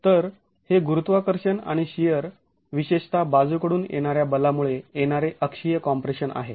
तर हे गुरुत्वाकर्षण आणि शिअर विशेषत बाजूकडून येणाऱ्या बलामुळे येणारे अक्षीय कॉम्प्रेशन आहे